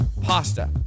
Pasta